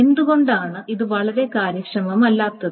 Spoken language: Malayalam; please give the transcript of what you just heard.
എന്തുകൊണ്ടാണ് ഇത് വളരെ കാര്യക്ഷമമല്ലാത്തത്